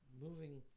moving